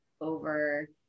over